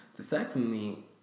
Secondly